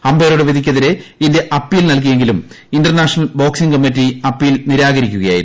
അമ്പയറുടെ വിധിക്കെതിരെ India appeal നൽകിയെങ്കിലും international boxing committee appeal നിരാകരിക്കുകയായിരുന്നു